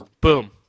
boom